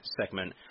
segment